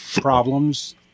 problems